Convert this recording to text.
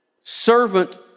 servant